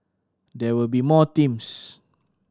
there will be more teams